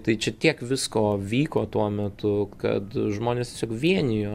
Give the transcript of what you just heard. tai čia tiek visko vyko tuo metu kad žmones tiesiog vienijo